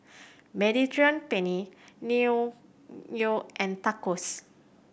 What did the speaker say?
Mediterranean Penne Naengmyeon and Tacos